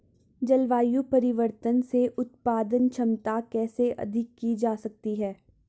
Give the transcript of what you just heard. जलवायु परिवर्तन से उत्पादन क्षमता कैसे अधिक की जा सकती है?